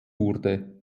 wurde